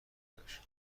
داشت